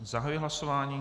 Zahajuji hlasování.